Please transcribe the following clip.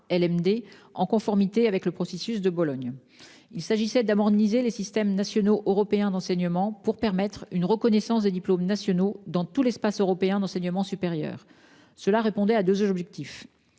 conformément au processus de Bologne. Il s'agissait d'harmoniser les systèmes nationaux européens d'enseignement pour permettre une reconnaissance des diplômes nationaux dans tout l'espace européen d'enseignement supérieur. L'objectif